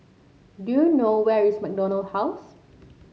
do you know where is MacDonald House